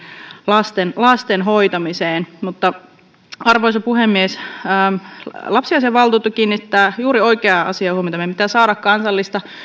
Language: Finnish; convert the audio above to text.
lasten lasten hoitamiseen arvoisa puhemies lapsiasiainvaltuutettu kiinnittää juuri oikeaan asiaan huomiota meidän pitää saada kansallista